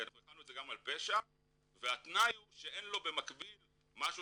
החלנו את זה גם על פשע והתנאי הוא שאין לו במקביל משהו